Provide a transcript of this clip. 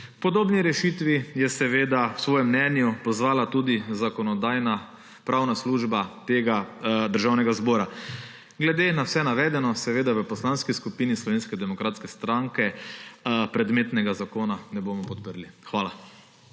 podobni rešitvi je seveda v svojem mnenju pozvala tudi Zakonodajno-pravna služba Državnega zbora. Glede na vse navedeno seveda v Poslanski skupini Slovenske demokratske stranke predmetnega zakona ne bomo podprli. Hvala.